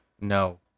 no